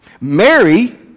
Mary